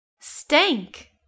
stank